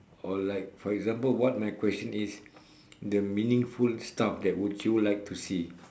or like for example what my question is the meaning full stuff that would you like to see